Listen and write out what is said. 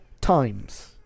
times